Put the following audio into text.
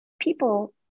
people